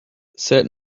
said